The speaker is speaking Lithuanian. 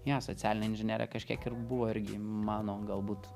jo socialinė inžinerija kažkiek ir buvo irgi mano galbūt